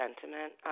sentiment